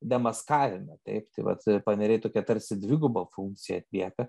demaskavime taip tai vat paneriai tokią tarsi dvigubą funkciją atlieka